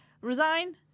resign